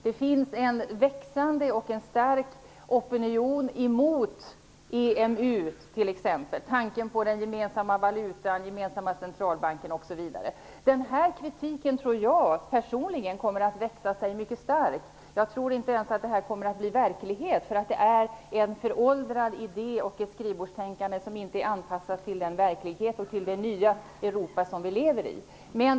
Det finns en växande och stark opinion mot EMU, t.ex. tanken om den gemensamma valutan och den gemensamma centralbanken osv. Denna kritik tror jag personligen kommer att växa sig mycket stark. Jag tror inte att det här ens kommer att bli verklighet, för det är en föråldrad idé och ett skrivbordstänkande som inte är anpassat till den verklighet och till det nya Europa som vi lever i.